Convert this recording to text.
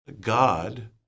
God